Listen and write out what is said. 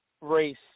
race